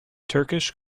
turkish